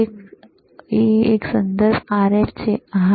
એક સંદર્ભ RF છે હા